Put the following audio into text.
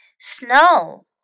snow